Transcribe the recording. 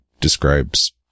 describes